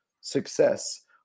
success